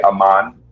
Aman